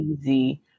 easy